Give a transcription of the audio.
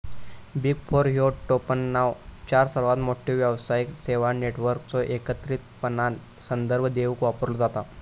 big four ह्यो टोपणनाव चार सर्वात मोठ्यो व्यावसायिक सेवा नेटवर्कचो एकत्रितपणान संदर्भ देवूक वापरलो जाता